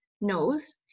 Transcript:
knows